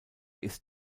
ist